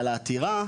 לעתירה,